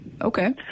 Okay